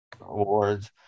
awards